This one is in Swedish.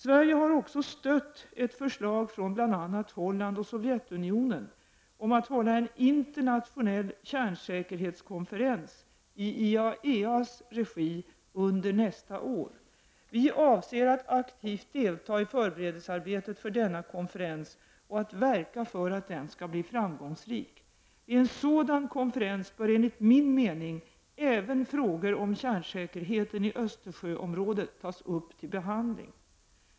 Sverige har också stött ett förslag från bl.a. Holland och Sovjetunionen om att hålla en internationell kärnsäkerhetskonferens i IAEA:s regi under nästa år. Vi avser att aktivt delta i förberedelsearbetet för denna konferens och att verka för att den skall bli framgångsrik. Vid en sådan konferens bör enligt min mening även frågor om kärnsäkerheten i Östersjöområdet tas upp till behandling.